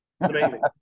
Amazing